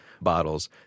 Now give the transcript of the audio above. bottles